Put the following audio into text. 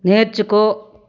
నేర్చుకో